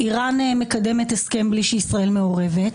אירן מקדמת הסכם בלי שישראל מעורבת,